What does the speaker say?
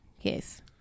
Yes